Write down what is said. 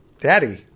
daddy